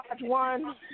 one